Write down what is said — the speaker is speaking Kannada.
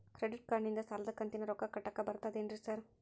ಕ್ರೆಡಿಟ್ ಕಾರ್ಡನಿಂದ ಸಾಲದ ಕಂತಿನ ರೊಕ್ಕಾ ಕಟ್ಟಾಕ್ ಬರ್ತಾದೇನ್ರಿ ಸಾರ್?